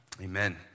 Amen